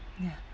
ya